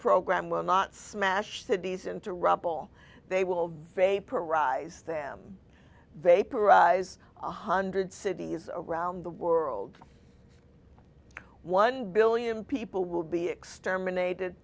program will not smash cities into rubble they will vaporize them vaporize one hundred cities around the world one billion people will be exterminated